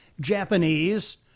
Japanese